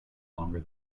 longer